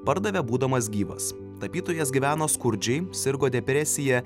pardavė būdamas gyvas tapytojas gyveno skurdžiai sirgo depresija